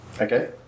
Okay